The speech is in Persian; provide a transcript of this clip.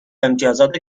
امتیازات